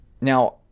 Now